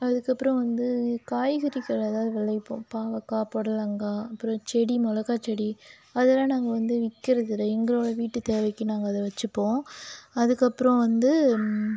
அதுக்கப்புறம் வந்து காய்கறிகளை ஏதாவது விளைவிப்போம் பாவக்காய் புடலங்கா அப்புறம் செடி மிளகாச்செடி அதெலாம் நாங்கள் வந்து விற்கிறதில்ல எங்களோட வீட்டு தேவைக்கு நாங்கள் அதை வச்சுப்போம் அதுக்கப்புறம் வந்து